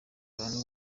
abantu